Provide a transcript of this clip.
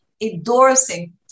endorsing